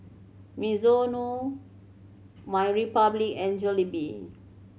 Mizuno MyRepublic and Jollibee